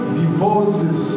divorces